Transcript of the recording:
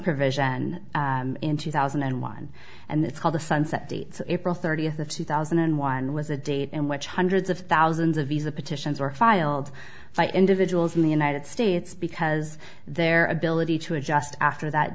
provision in two thousand and one and it's called the sunset date april thirtieth of two thousand and one was a date in which hundreds of thousands of visa petitions were filed by individuals in the united states because their ability to adjust after that